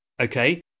Okay